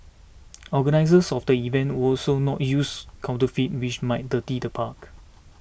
organisers of the event will also not use confetti which might dirty the park